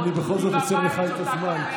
אני בכל זאת עוצר לך את הזמן,